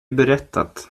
berättat